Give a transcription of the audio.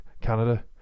Canada